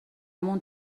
مون